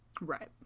Right